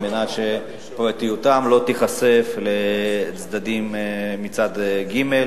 על מנת שפרטיותם לא תיחשף לאנשים מצד ג',